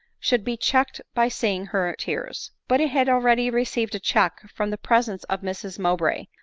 should be checked by seeing her tears. but it had already received a check from the presence of mrs mow bray,